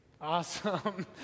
Awesome